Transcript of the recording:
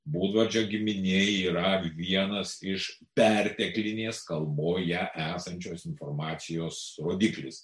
būdvardžio giminė yra vienas iš perteklinės kalboje esančios informacijos rodiklis